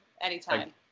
anytime